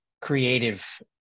creative